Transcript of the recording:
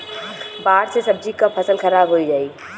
बाढ़ से सब्जी क फसल खराब हो जाई